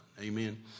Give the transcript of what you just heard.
Amen